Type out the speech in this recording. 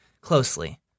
closely